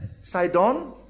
Sidon